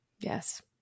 Yes